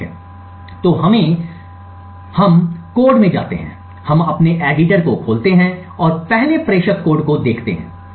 ठीक है तो हमें कोड में जाते हैं हम अपने एडिटर को खोलेंगे और पहले प्रेषक कोड को देखेंगे